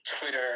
twitter